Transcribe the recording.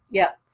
yeah.